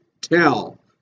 tell